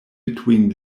between